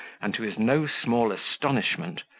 and, to his no small astonishment,